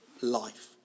life